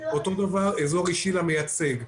אותו דבר אזור אישי למייצג.